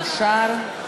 אושר.